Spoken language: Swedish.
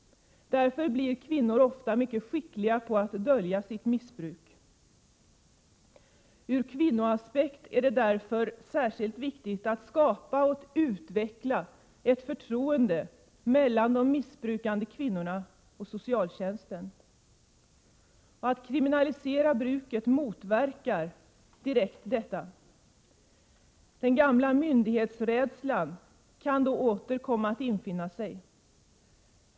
Kvinnor blir därför ofta mycket skickliga i att dölja sitt missbruk. Ur kvinnoaspekt är det särskilt viktigt att skapa och utveckla ett förtroende mellan de missbrukande kvinnorna och socialtjänsten. Att kriminalisera bruket motverkar direkt detta. Den gamla myndighetsrädslan kan då åter komma att infinna sig.